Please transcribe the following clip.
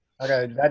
Okay